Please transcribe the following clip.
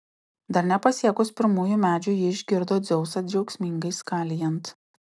dar nepasiekus pirmųjų medžių ji išgirdo dzeusą džiaugsmingai skalijant